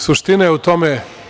Suština je u tome…